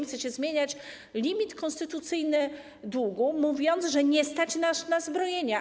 Chcecie zmieniać limit konstytucyjny długu, mówiąc, że nie stać nas na zbrojenie.